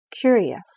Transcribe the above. curious